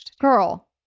girl